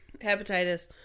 Hepatitis